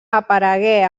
aparegué